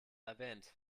erwähnt